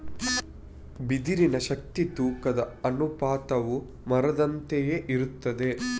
ಬಿದಿರಿನ ಶಕ್ತಿ ತೂಕದ ಅನುಪಾತವು ಮರದಂತೆಯೇ ಇರುತ್ತದೆ